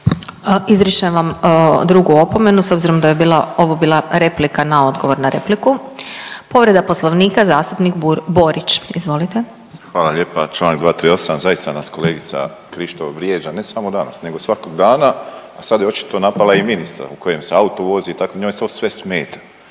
Izričem vam drugu opomenu s obzirom da je ovo bila replika na odgovor na repliku. Povreda Poslovnika zastupnik Borić, izvolite. **Borić, Josip (HDZ)** Hvala lijepa. Članak 238., zaista nas kolegica Krišto vrijeđa ne samo danas nego svakog dana, a sad je očito napala i ministra u kojem se autu vozi i tako, njoj to sve smeta.